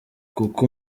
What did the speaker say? kuko